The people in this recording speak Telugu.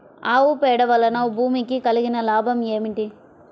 ఆవు పేడ వలన భూమికి కలిగిన లాభం ఏమిటి?